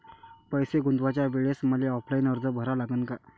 पैसे गुंतवाच्या वेळेसं मले ऑफलाईन अर्ज भरा लागन का?